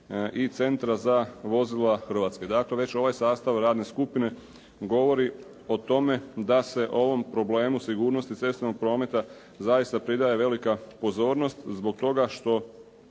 i Centra za vozila Hrvatske. Dakle, već ovaj sastav radne skupine govori o tome da se ovom problemu sigurnosti cestovnog prometa zaista pridaje velika pozornost zbog toga što